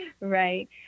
right